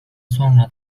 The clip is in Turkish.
sonra